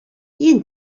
jien